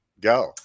go